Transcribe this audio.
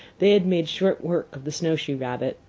they had made short work of the snowshoe rabbit,